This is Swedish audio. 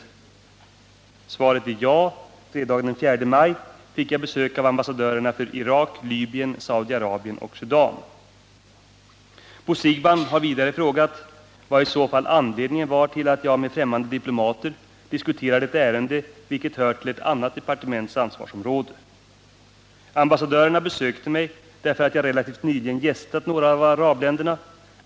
Svaret är ja. Fredagen den 4 maj fick jag besök av ambassadörerna för Irak, Libyen, Saudi-Arabien och Sudan. Bo Siegbahn har vidare frågat vad i så fall anledningen var till att jag med främmande diplomater diskuterade ett ärende, vilket hör till ett annat departements ansvarsområde. Ambassadörerna besökte mig, därför att jag relativt nyligen gästat några av arabländerna.